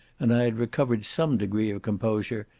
and i had recovered some degree of composure,